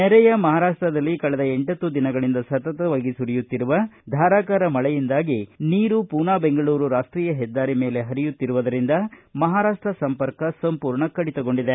ನೆರೆಯ ಮಹಾರಾಷ್ಪದಲ್ಲಿ ಕಳೆದ ಎಂಟತ್ತು ದಿನಗಳಿಂದ ಸತತ ಸುರಿಯುತ್ತಿರುವ ಧಾರಾಕಾರ ಮಳೆಯಿಂದಾಗಿ ನೀರು ಪೂನಾ ಬೆಂಗಳೂರು ರಾಷ್ಷೀಯ ಹೆದ್ದಾರಿ ಮೇಲೆ ಹರಿಯುತ್ತಿರುವುದರಿಂದ ಮಹಾರಾಷ್ಷ ಸಂಪರ್ಕ ಸಂಪೂರ್ಣ ಕಡಿತಗೊಂಡಿದೆ